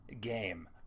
game